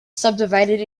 subdivided